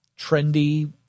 trendy